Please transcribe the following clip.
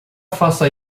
faça